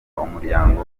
umuryango